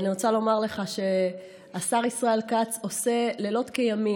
אני רוצה לומר לך שהשר ישראל כץ עושה לילות כימים.